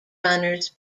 runners